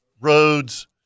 Roads